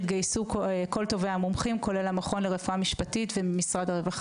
התגייסו כל טובי המומחים כולל המכון לרפואה משפטית ומשרד הרווחה,